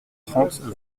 trente